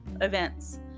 events